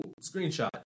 screenshot